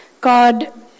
God